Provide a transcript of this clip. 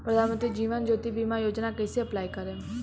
प्रधानमंत्री जीवन ज्योति बीमा योजना कैसे अप्लाई करेम?